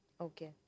Okay